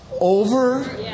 Over